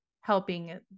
helping